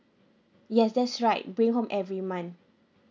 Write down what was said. yes that's right bring home every month